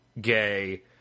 gay